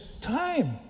time